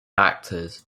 actors